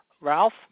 Ralph